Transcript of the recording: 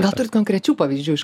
gal turit konkrečių pavyzdžių iš